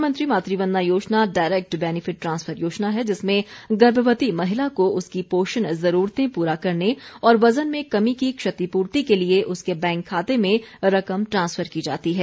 प्रधानमंत्री मातृवंदना योजना डायरेक्ट बेनेफिट ट्रांसफर योजना है जिसमें गर्भवती महिला को उसकी पोषण जरूरतें पूरा करने और वजन में कमी की क्षतिपूर्ति के लिए उसके बैंक खाते में रकम ट्रांसफर की जाती है